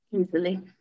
Easily